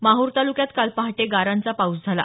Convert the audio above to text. माहर तालुक्यात काल पहाटे गारांचा पाऊस झाला